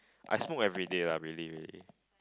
I smoke everyday lah really really